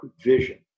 vision